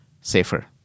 safer